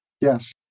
Yes